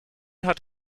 hat